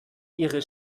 ihre